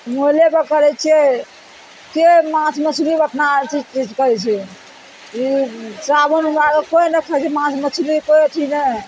मोबाइलेसँ करय छियैके माँस मछली ओतना अथी चीज करय छै ई सावन दुआरे कोइ नहि खाइ छै माँस मछली कोइ अथी नहि